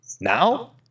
Now